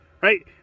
right